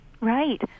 Right